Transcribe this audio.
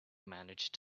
managed